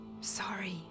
Sorry